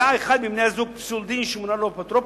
היה אחד מבני-הזוג פסול דין או שמונה לו אפוטרופוס,